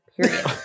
Period